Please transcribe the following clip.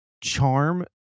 charm